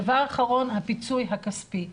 ודבר אחרון, הפיצוי הכספי.